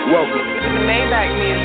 Welcome